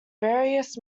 various